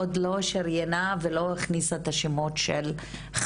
עוד לא שריינת ועוד לא הכניסה את שמות חבריה